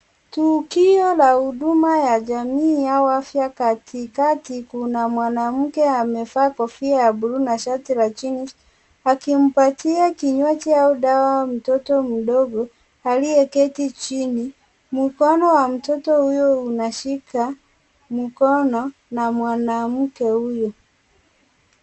Tukio la huduma ya jamii au afya. Katikati kuna mwanamke amevaa kofia ya bluu na shati la jeans , akimpatia kinywaji au dawa mtoto mdogo aliyeketi chini. Mkono wa mtoto huyo unashika mkono na mwanamke huyu.